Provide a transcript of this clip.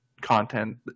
content